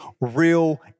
real